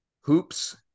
hoops